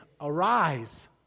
Arise